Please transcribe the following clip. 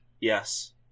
Yes